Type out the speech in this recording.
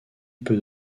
peu